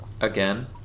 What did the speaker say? Again